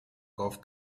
golf